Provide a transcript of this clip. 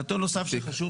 נתון נוסף שחשוב,